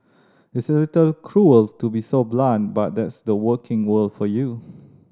it's a little cruel to be so blunt but that's the working world for you